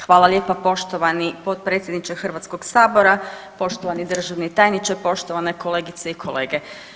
Hvala lijepa poštovani potpredsjedniče Hrvatskog sabora, poštovani državni tajniče, poštovane kolegice i kolege.